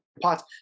pots